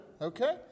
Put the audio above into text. okay